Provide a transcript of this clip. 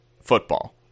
football